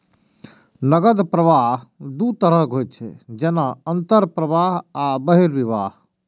नकद प्रवाह दू तरहक होइ छै, जेना अंतर्वाह आ बहिर्वाह